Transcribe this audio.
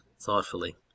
thoughtfully